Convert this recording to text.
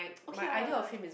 okay ah